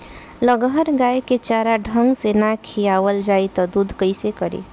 लगहर गाय के चारा ढंग से ना खियावल जाई त दूध कईसे करी